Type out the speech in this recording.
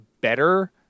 better